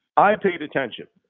i paid attention,